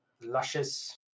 luscious